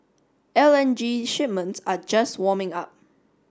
L N G shipments are just warming up